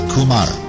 Kumar